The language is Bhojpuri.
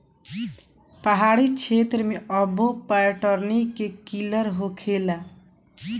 पहाड़ी क्षेत्र मे अब्बो पटौनी के किल्लत होखेला